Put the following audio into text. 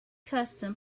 custom